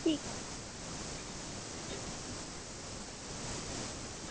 ঠিক আছে হুম